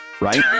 right